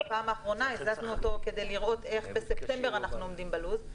בפעם האחרונה הזזנו אותו כדי לראות איך בספטמבר אנחנו עומדים בלו"ז.